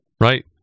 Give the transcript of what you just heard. Right